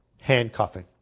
handcuffing